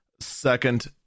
Second